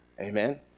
Amen